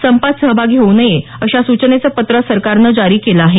संपात सहभागी होऊ नये अशा सूचनेचं पत्र सरकारनं जारी केलेलं आहे